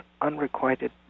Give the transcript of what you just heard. unrequited